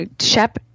Shep